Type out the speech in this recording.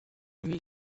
lui